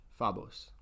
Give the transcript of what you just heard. Fabos